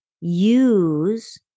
use